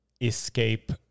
escape